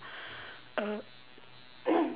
uh